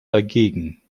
dagegen